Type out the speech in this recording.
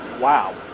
Wow